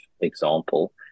example